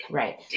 right